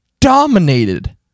dominated